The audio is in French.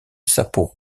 sapporo